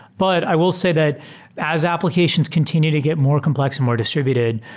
but i will say that as applications continue to get more complex and more distr ibuted,